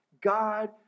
God